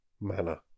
manner